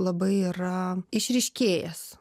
labai yra išryškėjęs